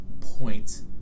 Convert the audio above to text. point